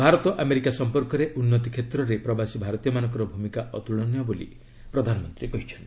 Bharat America ସମ୍ପର୍କରେ ଉନ୍ନତି କ୍ଷେତ୍ରରେ ପ୍ରବାସୀ ଭାରତୀୟମାନଙ୍କର ଭୂମିକା ଅତୁଳନୀୟ ବୋଲି ପ୍ରଧାନମନ୍ତ୍ରୀ କହିଛନ୍ତି